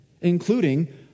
including